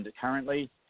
currently